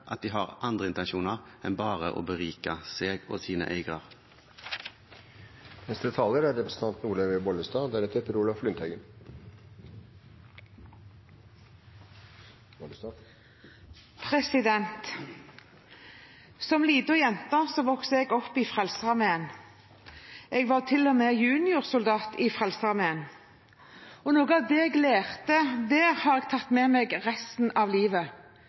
at de har andre intensjoner enn bare å berike seg og sine eiere. Som liten jente vokste jeg opp i Frelsesarmeen. Jeg var til og med juniorsoldat i Frelsesarmeen. Noe av det jeg lærte der, har jeg tatt med meg resten av livet.